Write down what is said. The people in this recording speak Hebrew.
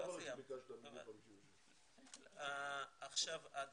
לא יכול להיות שביקשת בדיוק 56. השר להשכלה גבוהה